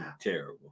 Terrible